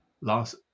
last